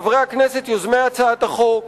חברי הכנסת יוזמי הצעת החוק,